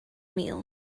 meal